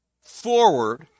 forward